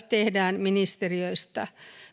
tehdään ministeriöissä